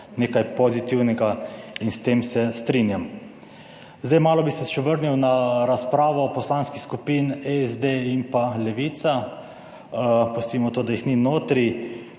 nekaj pozitivnega in s tem se strinjam. Zdaj, malo bi se še vrnil na razpravo poslanskih skupin SD in pa Levica. Pustimo to, da jih ni notri.